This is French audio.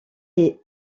les